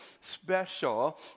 special